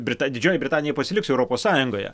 brita didžioji britanija pasiliks europos sąjungoje